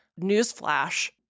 newsflash